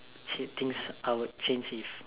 change things I would change if